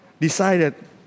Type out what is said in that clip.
decided